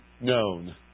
known